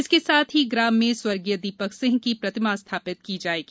इसके साथ ही ग्राम में स्व दीपक सिंह की प्रतिमा स्थापित की जायेगी